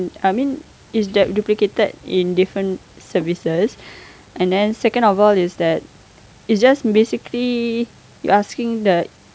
I mean it's duplicated in different services and then second of all is that it's just basically you asking the